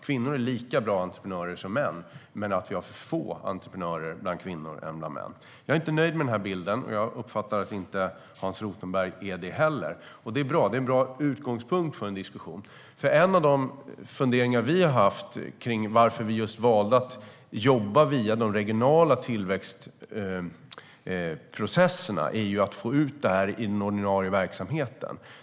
Kvinnor är lika bra entreprenörer som män. Men det finns för få kvinnliga entreprenörer. Jag är inte nöjd med den här bilden, och jag uppfattar det som att inte heller Hans Rothenberg är det. Det är en bra utgångspunkt för en diskussion. En av de funderingar som vi har haft om varför vi valde att jobba via de regionala tillväxtprocesserna är att vi vill få ut detta i den ordinarie verksamheten.